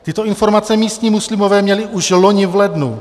Tyto informace místní muslimové měli už loni v lednu.